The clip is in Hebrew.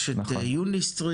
יש את יוניסטרים,